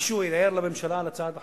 מישהו ערער לממשלה על הצעת החוק?